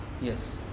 Yes